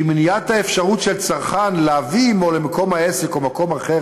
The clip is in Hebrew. והיא מניעת האפשרות של צרכן להביא עמו למקום עסק או למקום אחר,